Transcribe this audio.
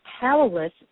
powerless